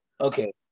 okay